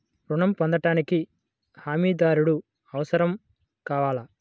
ఋణం పొందటానికి హమీదారుడు అవసరం కావాలా?